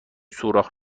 سوراخ